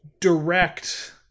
direct